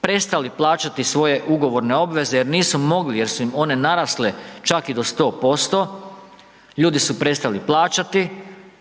prestali plaćati svoje ugovorne obveze jer nisu mogli jer su im one narasle, čak i do 100%, ljudi su prestali plaćati